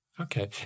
Okay